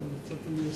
אדוני המזכיר,